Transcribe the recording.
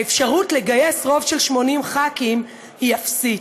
האפשרות לגייס רוב של 80 ח"כים היא אפסית.